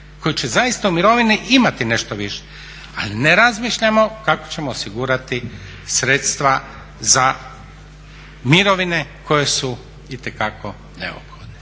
koji će zaista u mirovini imati nešto više. Ali ne razmišljamo kako ćemo osigurati sredstva za mirovine koje su itekako neophodne.